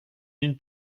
d’une